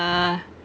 uh